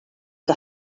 que